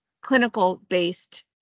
clinical-based